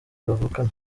bavukana